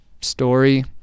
story